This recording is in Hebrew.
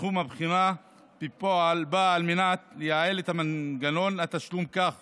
סכום הבחינה בפועל באה על מנת לייעל את מנגנון התשלום כך